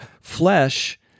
flesh